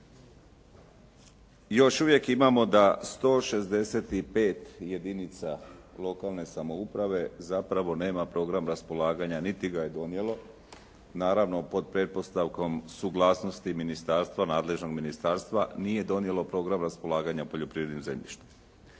još uvijek imamo da 165 jedinica lokalne samouprave zapravo nema program raspolaganja niti ga je donijelo naravno pod pretpostavkom suglasnosti ministarstva, nadležnog ministarstva nije donijelo program raspolaganja poljoprivrednim zemljištem.